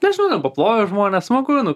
nežinau ten paplojo žmonės smagu nu